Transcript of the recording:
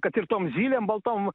kad ir tom zylėm baltom